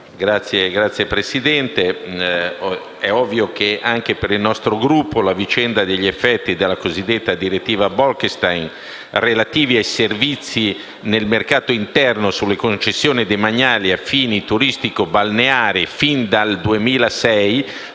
Signor Presidente, è ovvio che anche per il nostro Gruppo la vicenda degli effetti della cosiddetta direttiva Bolkestein, relativi ai servizi nel mercato interno, sulle concessioni demaniali a fini turistico-balneari, fin dal 2006